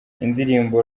indirimbo